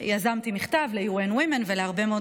יזמתי מכתב ל-One Woman ולהרבה מאוד